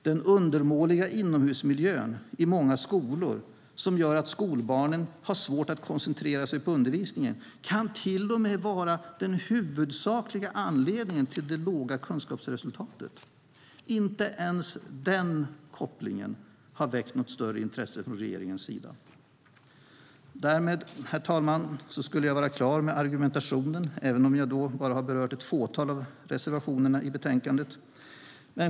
Den undermåliga inomhusmiljön i många skolor som gör att skolbarnen har svårt att koncentrera sig på undervisningen kan till och med vara den huvudsakliga anledningen till det låga kunskapsresultatet. Inte ens den kopplingen har väckt något större intresse från regeringens sida. Därmed, herr talman, skulle jag vara klar med argumentationen även om jag bara har berört ett fåtal av reservationerna i betänkandet.